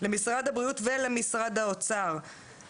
למשרד הבריאות ולמשרד האוצר,